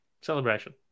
Celebration